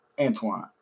antoine